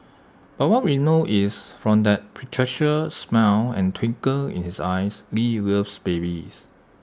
but what we know is from that patriarchal smile and twinkle in his eyes lee loves babies